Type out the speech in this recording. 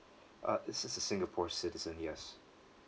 uh it's it's a singapore citizen yes